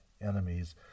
enemies